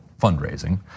fundraising